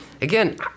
Again